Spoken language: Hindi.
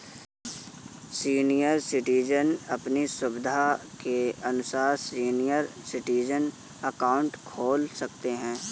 सीनियर सिटीजन अपनी सुविधा के अनुसार सीनियर सिटीजन अकाउंट खोल सकते है